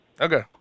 Okay